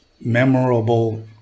memorable